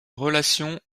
relation